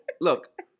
look